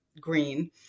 green